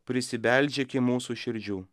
prisibeldžia iki mūsų širdžių